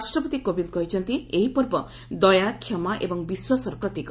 ରାଷ୍ଟ୍ରପତି କୋବିନ୍ଦ କହିଛନ୍ତି ଏହି ପର୍ବ ଦୟା କ୍ଷମା ଏବଂ ବିଶ୍ୱାସର ପ୍ରତୀକ